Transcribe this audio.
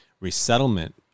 resettlement